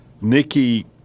Nikki